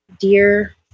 dear